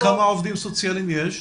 כמה עובדים סוציאליים יש?